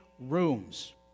rooms